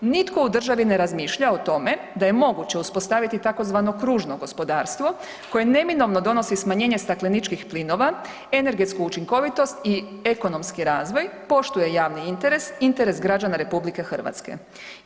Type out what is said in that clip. Nitko u državi ne razmišlja o tome da je moguće uspostaviti tzv. kružno gospodarstvo koje neminovno donosi smanjenje stakleničkih plinova, energetsku učinkovitost i ekonomski razvoj, poštuje javni interes, interes građana Republike Hrvatske.